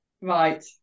Right